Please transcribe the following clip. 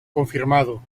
confirmado